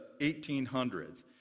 1800s